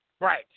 Right